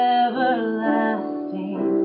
everlasting